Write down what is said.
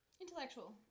Intellectual